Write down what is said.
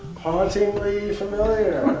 hauntingly familiar.